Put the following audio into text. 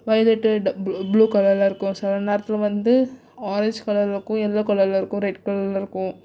violet blue கலர்ல இருக்கும் சில நேரத்தில் வந்து ஆரஞ்ச் கலர்ல இருக்கும் எல்லோ கலர்ல இருக்கும் ரெட் கலர்ல இருக்கும்